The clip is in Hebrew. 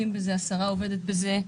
בזה,